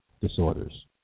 disorders